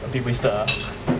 a bit wasted ah